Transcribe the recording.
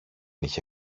είχε